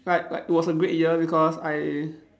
like like it was a great year because I